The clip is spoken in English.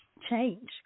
change